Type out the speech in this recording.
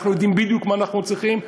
אנחנו יודעים בדיוק מה אנחנו צריכים,